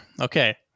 Okay